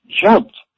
jumped